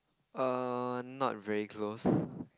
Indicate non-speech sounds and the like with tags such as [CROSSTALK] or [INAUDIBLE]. err not very close [LAUGHS]